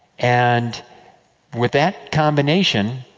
and with that combination,